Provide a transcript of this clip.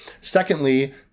Secondly